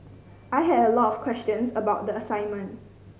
I had a lot of questions about the assignment